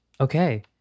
Okay